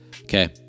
okay